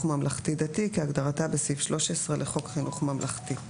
ממלכתי דתי כהגדרתה בסעיף 13 לחוק חינוך ממלכתי,